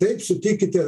taip sutikite